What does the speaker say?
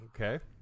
Okay